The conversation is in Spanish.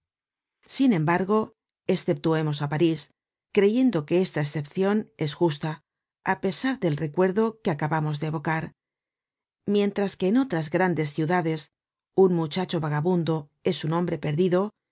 sin embargo esceptuemos á parís creyendo que esta escepcion es justa á pesar del recuerdo que acabamos de evocar mientras que en otras grandes ciudades un muchacho vagabundo es un hombre perdido